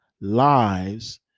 lives